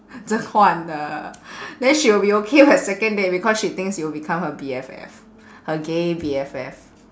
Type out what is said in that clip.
这 huan 的 then she'll be okay her second date because she thinks you'll become her B_F_F her gay B_F_F